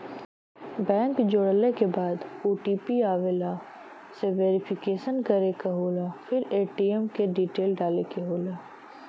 bank जोड़ले के बाद ओ.टी.पी आवेला से वेरिफिकेशन करे क होला फिर ए.टी.एम क डिटेल डाले क होला